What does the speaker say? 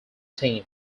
team